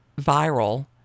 viral